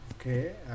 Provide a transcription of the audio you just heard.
Okay